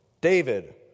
David